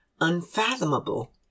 unfathomable